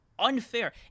unfair